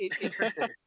interesting